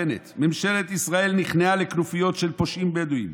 בנט: ממשלת ישראל נכנעה לכנופיות של פושעים בדואים